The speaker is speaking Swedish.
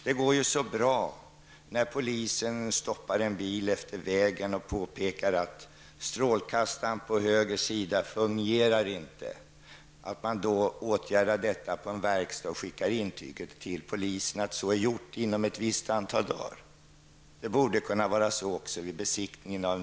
Det går ju så bra, när polisen stoppat en bil efter vägen och påpekat att strålkastaren på höger sida inte fungerar, att åtgärda detta på en verkstad och skicka intyg till polisen att så är gjort inom ett visst antal dagar. Det borde kunna vara likadant också vid besiktningen.